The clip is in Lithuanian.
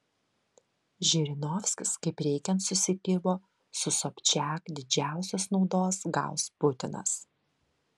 žirinovskis kaip reikiant susikibo su sobčiak didžiausios naudos gaus putinas